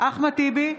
אחמד טיבי,